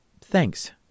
Thanks